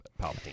Palpatine